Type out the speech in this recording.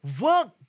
work